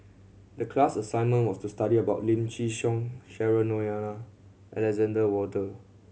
the class assignment was to study about Lim Chin Siong Cheryl Noronha Alexander Wolters